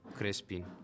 Crespin